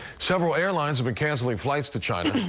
several airlines but cancel flight to china,